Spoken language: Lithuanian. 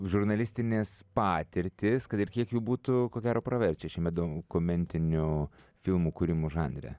žurnalistinės patirtys kad ir kiek jų būtų ko gero praverčia šiame dokumentinių filmų kūrimo žanre